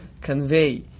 convey